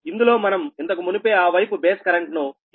ఇందులో మనం ఇంతకు మునుపే ఆ వైపు బేస్ కరెంట్ ను 25